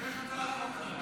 יש הצעת חוק כזאת.